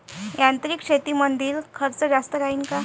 यांत्रिक शेतीमंदील खर्च जास्त राहीन का?